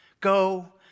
Go